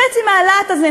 חצי מהלהט הזה,